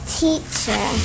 teacher